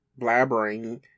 blabbering